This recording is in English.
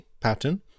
pattern